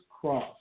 cross